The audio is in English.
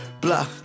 Blah